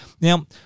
Now